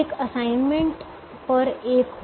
एक असाइनमेंट पर एक हो